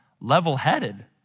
level-headed